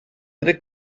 tre